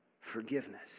forgiveness